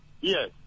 yes